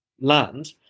land